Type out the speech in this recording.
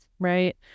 Right